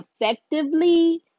effectively